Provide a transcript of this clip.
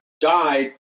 died